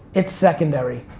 it's secondary.